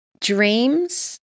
Dreams